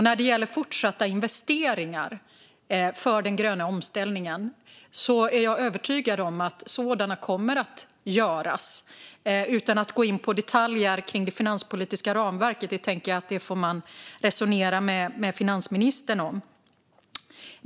När det gäller fortsatta investeringar för den gröna omställningen är jag övertygad om att sådana kommer att göras, utan att gå in på detaljer kring det finanspolitiska ramverket. Det tänker jag att man får resonera med finansministern om.